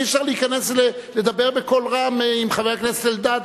אי-אפשר לדבר בקול רם עם חבר הכנסת אלדד.